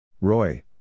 Roy